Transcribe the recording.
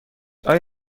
آیا